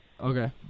Okay